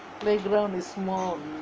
playground is small